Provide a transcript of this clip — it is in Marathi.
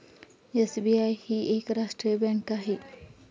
एस.बी.आय ही एक राष्ट्रीय बँक आहे